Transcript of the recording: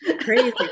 crazy